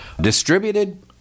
distributed